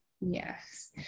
Yes